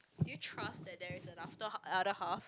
do you trust that there is an after~ other half